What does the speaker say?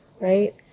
right